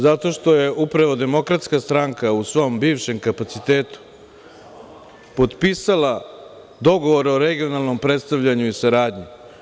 Zato što je upravo DS u svom bivšem kapacitetu potpisala dogovor o regionalnu predstavljanju i saradnji.